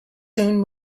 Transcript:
soon